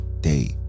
day